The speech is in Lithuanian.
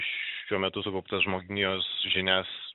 šiuo metu sukauptas žmonijos žinias